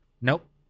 Nope